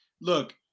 Look